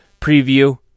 preview